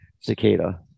cicada